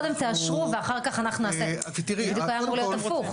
קודם תאשרו ואחר כך אנחנו נעשה זה בדיוק היה אמור להיות הפוך.